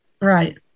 Right